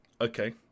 Okay